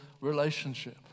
relationship